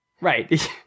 Right